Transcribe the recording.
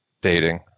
dating